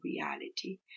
reality